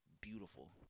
beautiful